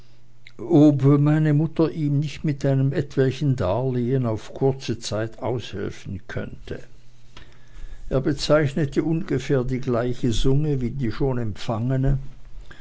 meine mutter ihm mit einem etwelchen darlehen auf kurze zeit aushelfen könne er bezeichnete ungefähr eine gleiche summe wie die schon empfangene